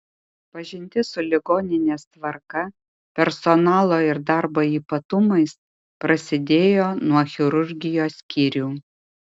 pažintis su ligoninės tvarka personalo ir darbo ypatumais prasidėjo nuo chirurgijos skyrių